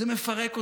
זה מפרק אותנו,